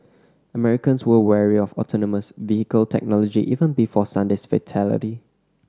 Americans were wary of autonomous vehicle technology even before Sunday's fatality